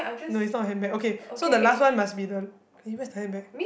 no it's not a handbag okay so the last one must be the eh where's the handbag